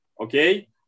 okay